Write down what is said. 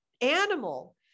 animal